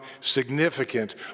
significant